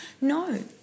No